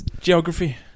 geography